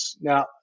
Now